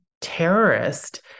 terrorist